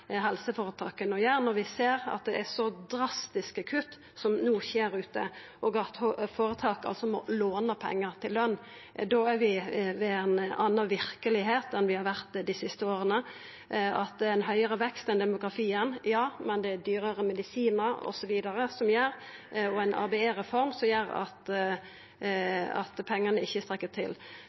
så drastiske kutt som no skjer der ute, og at føretak må låna pengar til løn. Da er vi i ei anna verkelegheit enn vi har vore dei siste åra. Det er høgre vekst enn demografien, ja, men dyrare medisinar osv. og ein ABE-reform gjer at pengane ikkje strekkjer til.